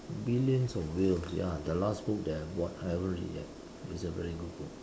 Billions of Whales ya the last book that I bought I haven't read yet it's a very good book